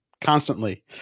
Constantly